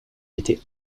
était